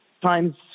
times